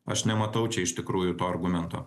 aš nematau čia iš tikrųjų to argumento